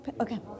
Okay